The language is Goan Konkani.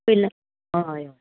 पयल्या हय हय